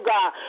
God